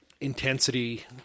intensity